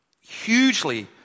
hugely